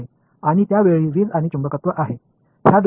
இவை இரண்டு வெவ்வேறு விஷயங்கள் என்று கருதப்பட்டது